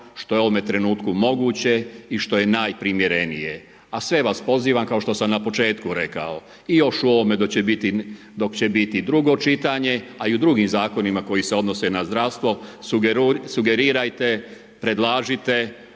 što je u ovome trenutku moguće i što je najprimjerenije. A sve vas pozivam kao što sam na početku rekao i još u ovome dok će biti drugo čitanje, a i u drugim zakonima koji se odnose na zdravstvo, sugerirajte, predlažite,